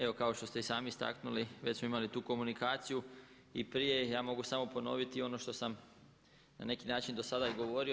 Evo kao što ste i sami istaknuli već smo imali tu komunikaciju i prije i ja mogu samo ponoviti i ono što sam na neki način do sada i govorio.